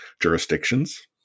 jurisdictions